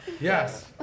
yes